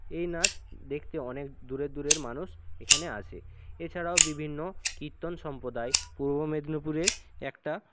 এই নাচ দেখতে অনেক দূরের দূরের মানুষ এখানে আসে এছাড়াও বিভিন্ন কীর্তন সম্প্রদায়ে পূর্ব মেদিনীপুরের একটা